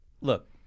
Look